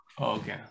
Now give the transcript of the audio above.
Okay